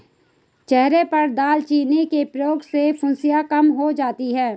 चेहरे पर दालचीनी के प्रयोग से फुंसियाँ कम हो जाती हैं